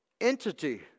entity